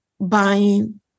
buying